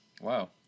Wow